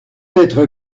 être